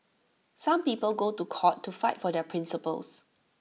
some people go to court to fight for their principles